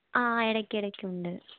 ആ ഇടയ്ക്കിടയ്ക്ക് ഉണ്ട്